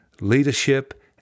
leadership